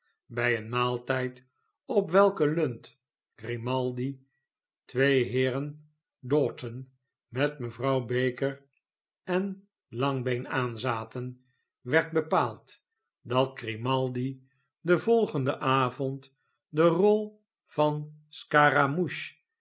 bij een maaltyd op welken lund grimaldi twee hceren dowton met mevrouw baker en langbeen aanzatcn werd bepaald dat grimaldi den john kemble en de doodgraver volgenden avond de rol van scaramouche